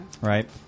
Right